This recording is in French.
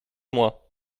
moi